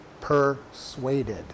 persuaded